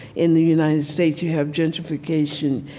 in the united states, you have gentrification,